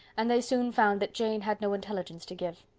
and they soon found that jane had no intelligence to give.